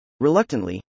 Reluctantly